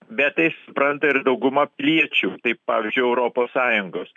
bet tai supranta ir dauguma piliečių tai pavyzdžiui europos sąjungos